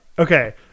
Okay